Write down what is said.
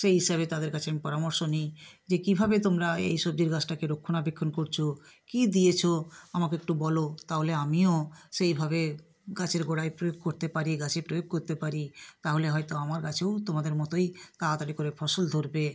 সেই হিসাবে তাদের কাছে আমি পরামর্শ নিই যে কীভাবে তোমারা এই সবজির গাছটাকে রক্ষণাবেক্ষণ করছো কী দিয়েছো আমাকে একটু বলো তাহলে আমিও সেইভাবে গাছের গোড়ায় প্রয়োগ করতে পারি গাছে প্রয়োগ করতে পারি তাহলে হয়তো আমার গাছেও তোমাদের মতোই তাড়াতাড়ি করে ফসল ধরবে